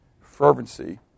fervency